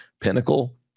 Pinnacle